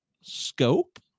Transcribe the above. scope